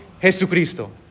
Jesucristo